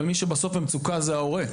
אבל מי שבסוף במצוקה הוא ההורה.